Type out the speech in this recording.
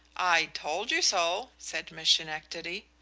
i told you so, said miss schenectady.